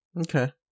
Okay